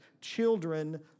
children